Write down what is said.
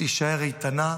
תישאר איתנה.